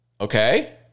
Okay